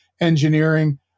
engineering